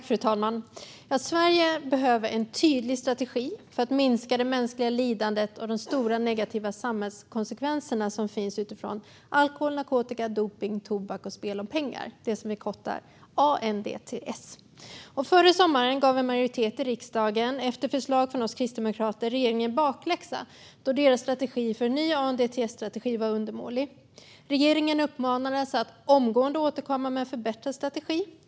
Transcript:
Fru talman! Sverige behöver en tydlig strategi för att minska det mänskliga lidandet och de stora negativa samhällskonsekvenserna utifrån alkohol, narkotika, dopning, tobak och spel om pengar, det som förkortas ANDTS. Före sommaren gav en majoritet i riksdagen, efter förslag från oss kristdemokrater, regeringen bakläxa då deras strategi för en ny ANDTS-strategi var undermålig. Regeringen uppmanades att omgående återkomma med förslag på en förbättrad strategi.